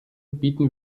bieten